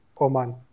Oman